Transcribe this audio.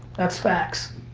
that's facts.